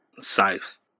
safe